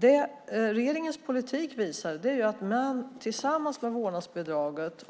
Det regeringens politik visar är att vårdnadsbidraget tillsammans